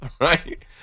right